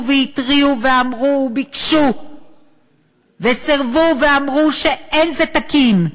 והתריעו ואמרו וביקשו וסירבו ואמרו שאין זה תקין.